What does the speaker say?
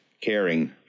caring